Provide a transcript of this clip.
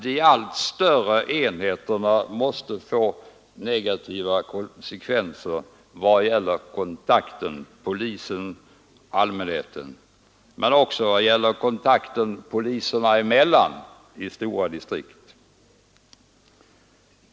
De allt större enheterna måste få negativa konsekvenser för kontakten polisen—allmänheten men också för kontakten poliserna emellan i stora distrikt.